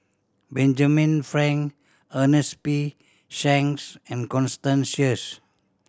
Benjamin Frank Ernest P Shanks and Constant Sheares